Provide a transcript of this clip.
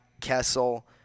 Kessel